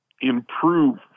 improve